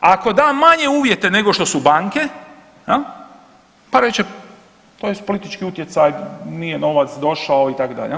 Ako da manje uvjete nego što su banke pa reće to je politički utjecaj nije novac došao itd.